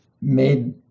made